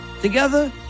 Together